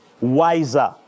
wiser